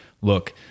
look